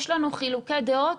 יש לנו חילוקי דעות